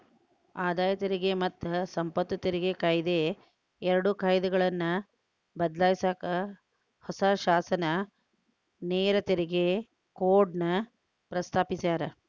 ಆದಾಯ ತೆರಿಗೆ ಮತ್ತ ಸಂಪತ್ತು ತೆರಿಗೆ ಕಾಯಿದೆ ಎರಡು ಕಾಯ್ದೆಗಳನ್ನ ಬದ್ಲಾಯ್ಸಕ ಹೊಸ ಶಾಸನ ನೇರ ತೆರಿಗೆ ಕೋಡ್ನ ಪ್ರಸ್ತಾಪಿಸ್ಯಾರ